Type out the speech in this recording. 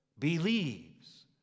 believes